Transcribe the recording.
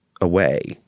away